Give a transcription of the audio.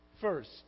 First